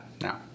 Now